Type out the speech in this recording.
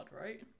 right